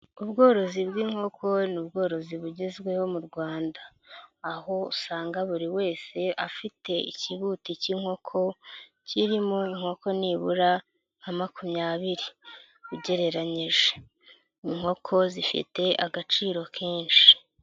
Ubworozi bw'inkoko ni ubworozi bugezweho mu Rwanda, aho usanga buri wese afite ikibuti cy'inkoko, kirimo inkoko nibura nka makumyabiri ugereranyije, inkoko zifite agaciro kenshi.